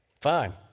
Fine